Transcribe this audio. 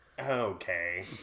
okay